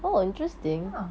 ya